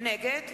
נגד